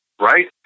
right